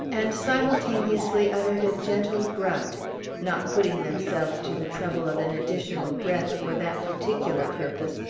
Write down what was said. and simultaneously uttered a gentle grunt not putting themselves to the trouble of an additional breath for that particular purpose,